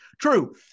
True